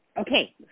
Okay